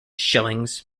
shillings